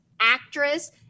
actress